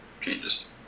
changes